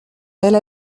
elle